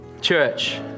church